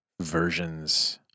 versions